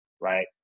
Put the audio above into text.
right